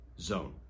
zone